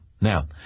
Now